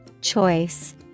Choice